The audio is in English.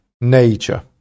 nature